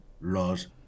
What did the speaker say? laws